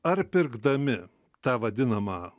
ar pirkdami tą vadinamą